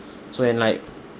so and like